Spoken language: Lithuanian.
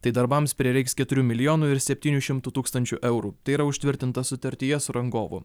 tai darbams prireiks keturių milijonų ir septynių šimtų tūkstančių eurų tai yra užtvirtinta sutartyje su rangovu